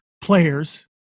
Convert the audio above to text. players